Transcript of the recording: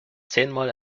zehnmal